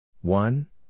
One